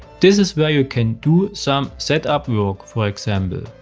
this is where you can do some setup work, for example.